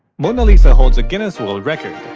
mona lisa holds a guinness world record.